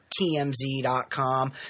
TMZ.com